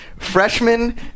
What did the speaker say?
freshman